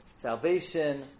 Salvation